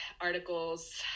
articles